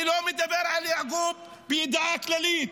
אני לא מדבר על יעקוב מידיעה כללית.